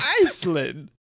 Iceland